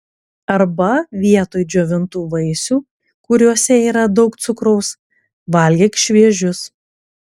arba vietoj džiovintų vaisių kuriuose yra daug cukraus valgyk šviežius